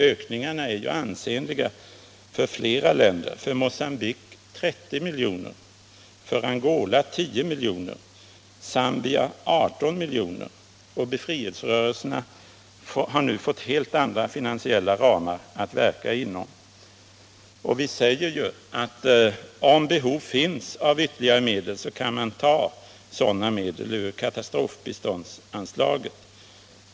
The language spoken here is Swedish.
Ökningarna är ju ansenliga för flera länder — för Mogambique 30 milj.kr., Angola 10 milj.kr., Zambia 18 milj.kr. — och befrielserörelserna har nu fått helt andra finansiella ramar att verka inom. Vi säger också att om behov finns av ytterligare medel, så kan man ta sådana ur katastrofbiståndsanslaget.